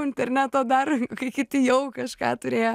interneto dar kai kiti jau kažką turėjo